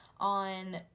on